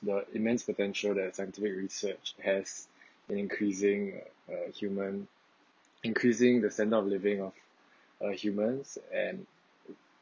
the immense potential that scientific research has been increasing uh human increasing the standard of living of uh humans and